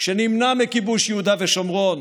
כשנמנע מכיבוש יהודה ושומרון